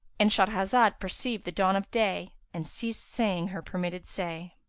and shahrazad perceived the dawn of day and ceased saying her permitted say.